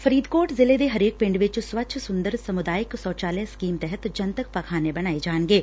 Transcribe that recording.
ਫਰੀਦਕੋਟ ਜ਼ਿਲੇ ਦੇ ਹਰੇਕ ਪਿੰਡ ਵਿਚ ਸਵੱਛ ਸੁੰਦਰ ਸਮੁਦਾਇਕ ਸੋਚਾਲਿਆ ਸਕੀਮ ਤਹਿਤ ਜਨਤਕ ਪਖਾਨੇ ਬਣਾਏ ਜਾਣਗੇ